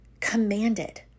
Commanded